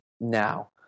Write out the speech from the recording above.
now